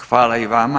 Hvala i vama.